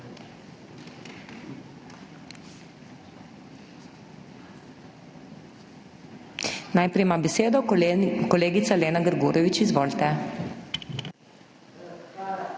Najprej ima besedo kolegica Lena Grgurevič. Izvolite.